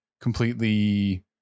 completely